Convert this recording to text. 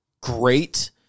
great